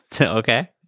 Okay